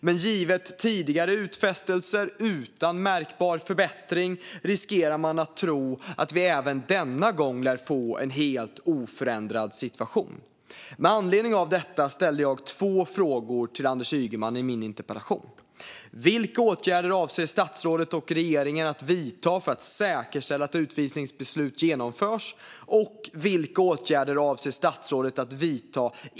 Men givet tidigare utfästelser utan märkbar förbättring är det troligt att vi även denna gång riskerar att få en helt oförändrad situation. Med anledning av detta ställde jag två frågor till Anders Ygeman i min interpellation: "Vilka åtgärder avser statsrådet och regeringen att vidta för att säkerställa att utvisningsbeslut genomförs? Vilka åtgärder avser statsrådet att vidta?